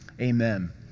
amen